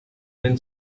been